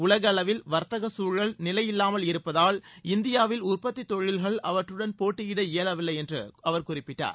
உலக அளவில் வர்த்தக சூழல் நிலையில்லாமல் இருப்பதால் இந்தியாவில் உற்பத்தி தொழில்கள் அவற்றுடன் போட்டியிட இயலவில்லை என்று அவர் குறிப்பிட்டார்